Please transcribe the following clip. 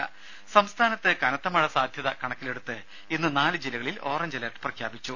രുമ സംസ്ഥാനത്ത് കനത്തമഴ സാധ്യത കണക്കിലെടുത്ത് ഇന്ന് നാല് ജില്ലകളിൽ ഓറഞ്ച് അലർട്ട് പ്രഖ്യാപിച്ചു